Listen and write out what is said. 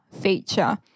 feature